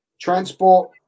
transport